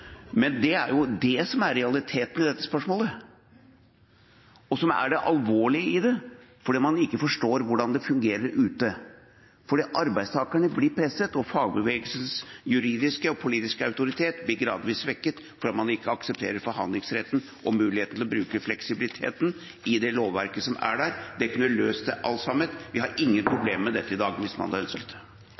Men det er det som er realiteten i dette spørsmålet, og som er det alvorlige i det, fordi man ikke forstår hvordan det fungerer ute, fordi arbeidstakerne blir presset, og fagbevegelsens juridiske og politiske autoritet blir gradvis svekket fordi man ikke aksepterer forhandlingsretten og muligheten til å bruke fleksibiliteten i det lovverket som er der. Det kunne løst alt sammen – vi har ingen problemer med dette i dag – hvis man